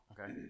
Okay